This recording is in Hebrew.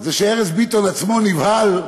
זה שארז ביטון עצמו נבהל,